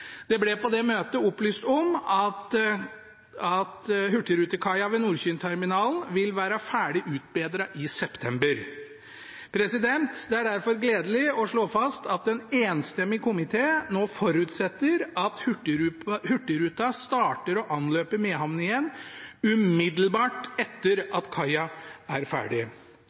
Det ble på det møtet opplyst om at hurtigrutekaia ved Nordkynterminalen vil være ferdig utbedret i september. Det er derfor gledelig å slå fast at en enstemmig komité nå forutsetter at Hurtigruten starter å anløpe Mehamn igjen umiddelbart etter at kaia er ferdig.